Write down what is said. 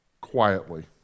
quietly